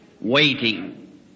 waiting